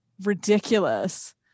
ridiculous